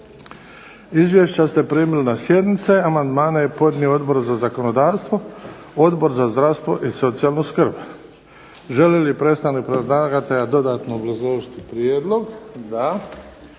Izvješća ste primili na sjednice. Amandmane je podnio Odbor za zakonodavstvo, Odbor za zdravstvo i socijalnu skrb. Želi li predstavnik predlagatelja dodatno obrazložiti prijedlog? Da.